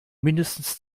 mindestens